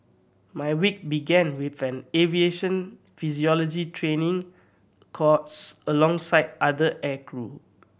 my week began with an aviation physiology training course alongside other aircrew